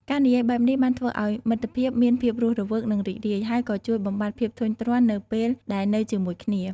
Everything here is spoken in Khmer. ការនិយាយបែបនេះបានធ្វើឱ្យមិត្តភាពមានភាពរស់រវើកនិងរីករាយ ហើយក៏ជួយបំបាត់ភាពធុញទ្រាន់នៅពេលដែលនៅជាមួយគ្នា។